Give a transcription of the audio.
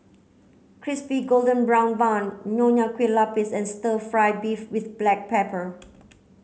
crispy golden brown bun Nonya Kueh Lapis and stir fry beef with black pepper